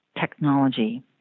technology